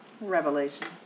Revelation